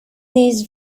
these